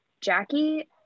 jackie